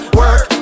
work